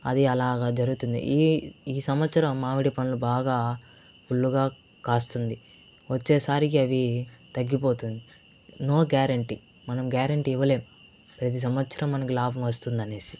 అది అలాగ జరుగుతుంది ఈ ఈ సంవత్సరం మామిడి పండ్లు బాగా ఫుల్లుగా కాస్తుంది వచ్చేసారికి అవి తగ్గిపోతుంది నో గ్యారంటీ మనం గ్యారంటీ ఇవ్వలేం ప్రతి సంవత్సరం మనకు లాభం వస్తుందనేసి